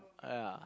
yeah